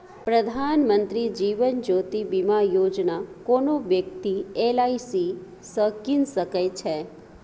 प्रधानमंत्री जीबन ज्योती बीमा योजना कोनो बेकती एल.आइ.सी सँ कीन सकै छै